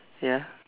ya